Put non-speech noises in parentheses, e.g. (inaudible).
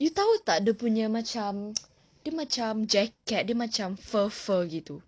you tahu tak dia punya macam (noise) dia macam jacket dia macam fur fur gitu